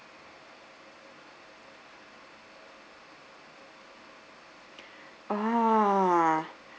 ah